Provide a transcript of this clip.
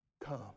come